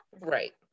right